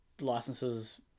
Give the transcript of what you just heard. licenses